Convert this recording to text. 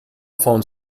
phone